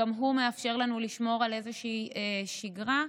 וגם הוא מאפשר לנו לשמור על איזושהי שגרה.